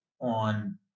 on